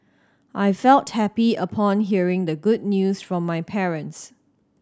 I felt happy upon hearing the good news from my parents